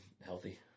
healthy